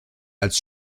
als